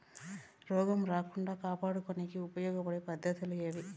రోగం రాకుండా కాపాడుకునేకి ఉపయోగపడే పద్ధతులు ఏవి?